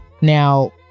Now